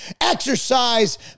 Exercise